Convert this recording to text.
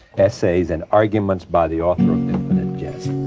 essays and arguments by the author of infinite jest.